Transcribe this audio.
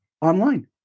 online